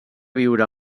viure